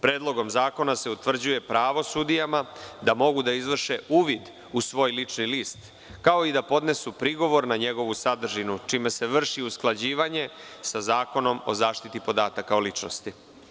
Predlogom zakona se utvrđuje pravo sudijama da mogu da izvrše uvid u svoj lični list, kao i da podnesu prigovor na njegovu sadržinu, čime se vrši usklađivanje sa Zakonom o zaštiti podataka o ličnosti.